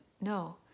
No